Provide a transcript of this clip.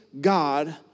God